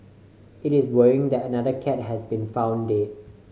it is worrying that another cat has been found dead